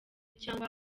canke